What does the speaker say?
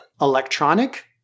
Electronic